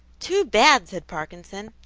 too bad! said parkinson.